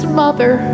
mother